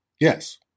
Yes